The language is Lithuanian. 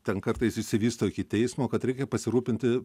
ten kartais išsivysto iki teismo kad reikia pasirūpinti